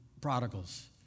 prodigals